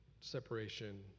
separation